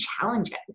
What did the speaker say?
challenges